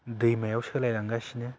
दैमायाव सोलायलांगासिनो